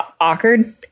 awkward